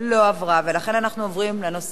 ולכן, אנחנו עוברים לנושא הבא בסדר-היום,